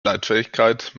leitfähigkeit